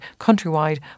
countrywide